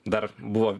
dar buvo